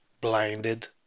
blinded